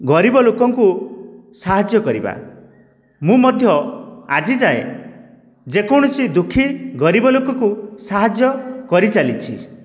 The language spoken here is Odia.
ଗରିବ ଲୋକଙ୍କୁ ସାହାଯ୍ୟ କରିବା ମୁଁ ମଧ୍ୟ ଆଜି ଯାଏ ଯେକୌଣସି ଦୁଃଖୀ ଗରିବ ଲୋକକୁ ସାହାଯ୍ୟ କରିଚାଲିଛି